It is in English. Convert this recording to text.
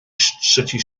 city